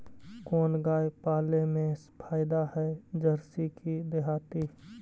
कोन गाय पाले मे फायदा है जरसी कि देहाती?